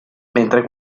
mentre